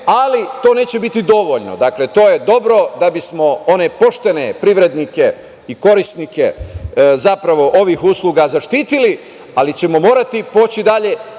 ali to neće biti dovoljno. Dakle, to je dobro da bismo one poštene privrednike i korisnike, zapravo ovih usluga zaštitili, ali ćemo morati poći dalje